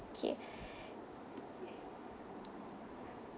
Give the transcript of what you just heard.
okay